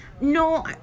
no